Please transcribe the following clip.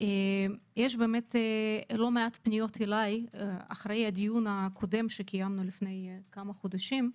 לא מעט פניות אלי אחרי הדיון הקודם שקיימנו לפני כמה חודשים.